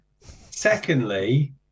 Secondly